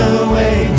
away